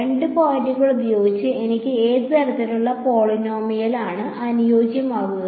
രണ്ട് പോയിന്റുകൾ ഉപയോഗിച്ച് എനിക്ക് ഏത് തരത്തിലുള്ള പോളിനോമിയലാണ് അനുയോജ്യമാകുക